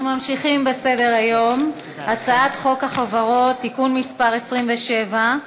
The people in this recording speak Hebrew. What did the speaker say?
אנחנו ממשיכים בסדר-היום: הצעת חוק החברות (תיקון מס' 27),